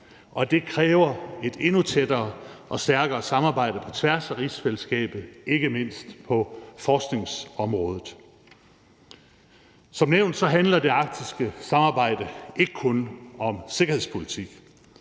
Det kræver et endnu tættere og stærkere samarbejde på tværs af rigsfællesskabet, ikke mindst på forskningsområdet. Som nævnt handler det arktiske samarbejde ikke kun om sikkerhedspolitik.